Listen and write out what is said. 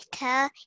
little